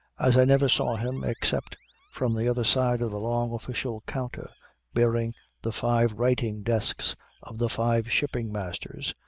as i never saw him except from the other side of the long official counter bearing the five writing desks of the five shipping masters,